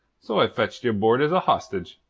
so i've fetched ye aboard as a hostage.